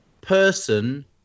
Person